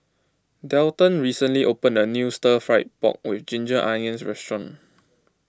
Delton recently opened a new Stir Fry Pork with Ginger Onions Restaurant